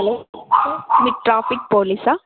hello మీరు traffic పోలీసా